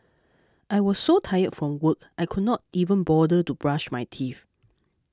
I was so tired from work I could not even bother to brush my teeth